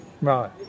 Right